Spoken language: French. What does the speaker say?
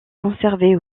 conservé